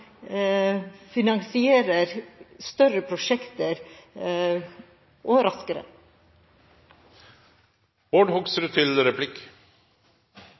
finansierer større prosjekt, og